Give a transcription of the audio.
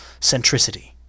centricity